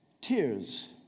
Tears